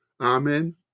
Amen